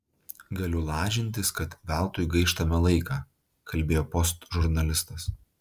galiu lažintis kad veltui gaištame laiką kalbėjo post žurnalistas